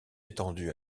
étendu